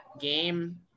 game